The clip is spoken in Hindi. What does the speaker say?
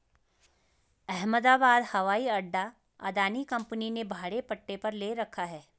अहमदाबाद हवाई अड्डा अदानी कंपनी ने भाड़े पट्टे पर ले रखा है